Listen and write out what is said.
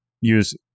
use